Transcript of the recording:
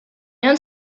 and